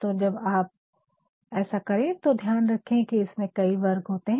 तो जब ऐसा करे तो ध्यान रखे की इसमें कई वर्ग होते है